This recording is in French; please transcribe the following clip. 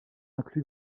inclus